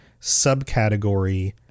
subcategory